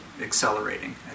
accelerating